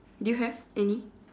do you have any